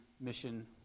mission